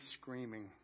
screaming